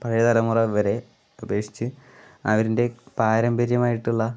പഴയ തലമുറ ഇവരെ അപേക്ഷിച്ച് അവരിൻ്റെ പാരമ്പര്യമായിട്ടുള്ള